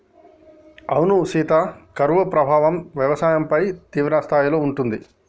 అవునా సీత కరువు ప్రభావం వ్యవసాయంపై తీవ్రస్థాయిలో ఉంటుంది